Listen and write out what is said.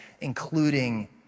including